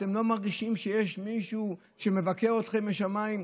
אתם לא מרגישים שיש מישהו שמבקר אתכם בשמיים?